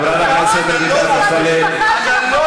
את רוצה?